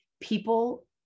people